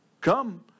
Come